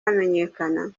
bamenyekana